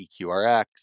EQRX